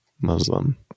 Muslim